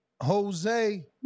Jose